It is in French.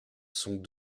sont